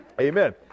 Amen